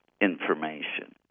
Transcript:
information